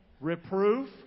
Reproof